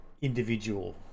individual